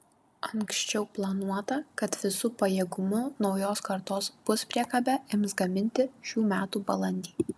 anksčiau planuota kad visu pajėgumu naujos kartos puspriekabę ims gaminti šių metų balandį